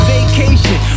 Vacation